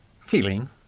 feeling